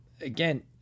again